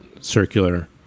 circular